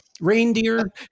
Reindeer